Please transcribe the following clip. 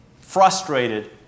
frustrated